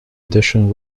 edition